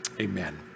Amen